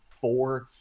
four